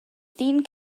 ddyn